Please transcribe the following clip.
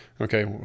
Okay